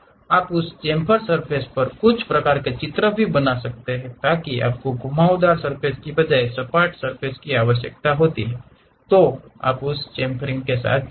आप उस chamfer surface पर कुछ प्रकार के चित्र बनाना चाहते हैं ताकि आपको घुमावदार सर्फ़ेस के बजाय सपाट सर्फ़ेस की आवश्यकता हो तो आप उस चम्फरिंग के साथ जाते हैं